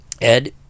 Ed